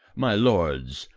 my lords,